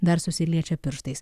dar susiliečia pirštais